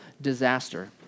disaster